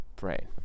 brain